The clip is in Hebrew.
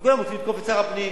וכולם רוצים לתקוף את שר הפנים.